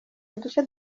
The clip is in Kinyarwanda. uduce